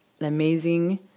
amazing